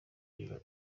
riba